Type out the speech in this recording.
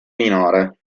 minore